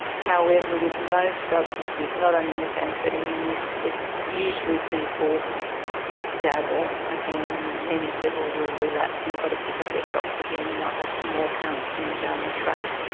however, with most substance use, not only methamphetamine use, usually people dabble again and many people will relapse and they've got to pick up their socks again and they will have some more counselling down the track.